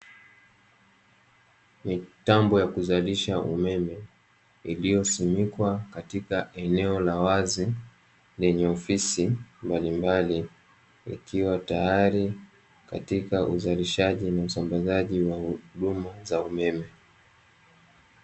Mitambo ya kuzalisha umeme, iliyosimikwa katika eneo la wazi; lenye ofisi mbalimbali, ikiwa tayari katika uzalishaji na usambazaji wa huduma za umeme.